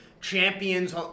champions